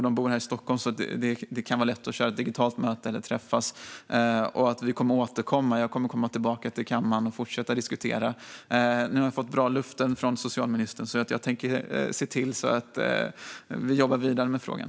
De bor här i Stockholm, så det kan vara lätt att köra ett digitalt möte eller träffas. Vi kommer att återkomma. Jag kommer att komma tillbaka till kammaren och fortsätta diskutera. Nu har vi fått bra löften från socialministern, så jag tänker se till att vi jobbar vidare med frågan.